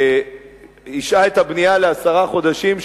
השהה את הבנייה לעשרה חודשים,